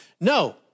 No